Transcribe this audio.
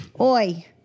Oi